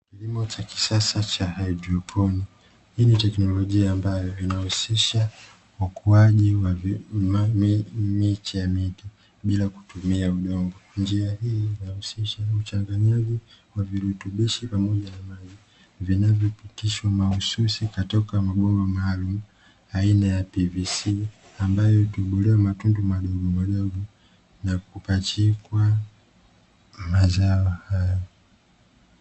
Kilimo cha kisasa cha hydroponiki, hii ni teknolojia ambayo huusisha ukuwaji wa miche mingi bila kutumia udongo, njia hii inahusisha uchanganyaji wa virutubishi vinavopitishwa mahususi katika mabomba maalumu aiana ya "PBS" ambayo hutobolewa matundu madogo na kupachikwa majala hayo.